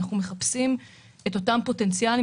אנחנו מחפשים את אותם פוטנציאלים.